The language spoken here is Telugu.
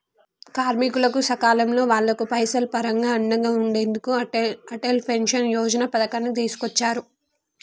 కార్మికులకు సకాలంలో వాళ్లకు పైసలు పరంగా అండగా ఉండెందుకు అటల్ పెన్షన్ యోజన పథకాన్ని తీసుకొచ్చారు